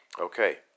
Okay